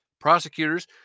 Prosecutors